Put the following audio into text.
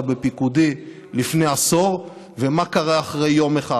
בפיקודי לפני עשור ומה קרה אחרי יום אחד.